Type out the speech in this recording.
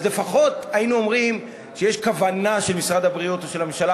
לפחות היינו אומרים שיש כוונה של משרד הבריאות או של הממשלה